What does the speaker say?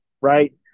Right